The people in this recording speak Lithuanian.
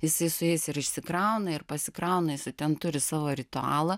jisai su jais ir išsikrauna ir pasikrauna jisai ten turi savo ritualą